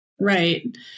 Right